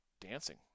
dancing